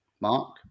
Mark